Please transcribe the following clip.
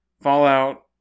Fallout